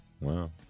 Wow